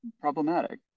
problematic